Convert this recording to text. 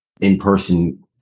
in-person